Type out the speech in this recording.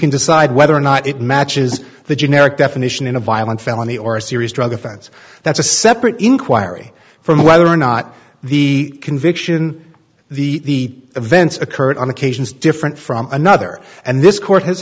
can decide whether or not it matches the generic definition in a violent felony or a serious drug offense that's a separate inquiry from whether or not the conviction the events occurred on occasions different from another and this co